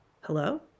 Hello